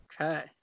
Okay